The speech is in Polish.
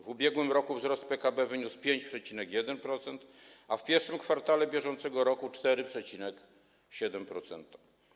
W ubiegłym roku wzrost PKB wyniósł 5,1%, a w I kwartale br. 4,7%.